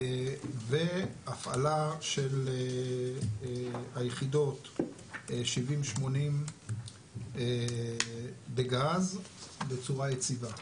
והפעלה של היחידות 70, 80 בגז בצורה יציבה.